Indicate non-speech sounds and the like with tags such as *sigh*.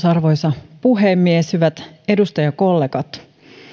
*unintelligible* arvoisa puhemies hyvät edustajakollegat